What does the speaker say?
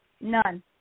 None